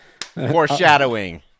foreshadowing